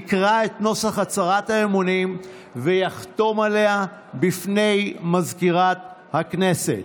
יקרא את נוסח הצהרת האמונים ויחתום עליה בפני מזכירת הכנסת.